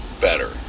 better